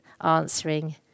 answering